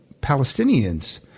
Palestinians